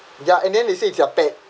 ya and then they say it's their pet